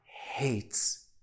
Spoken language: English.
hates